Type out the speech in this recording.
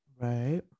Right